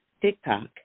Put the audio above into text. TikTok